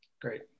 Great